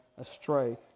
astray